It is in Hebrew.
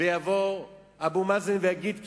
ויבוא אבו מאזן ויגיד כן,